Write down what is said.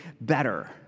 better